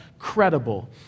credible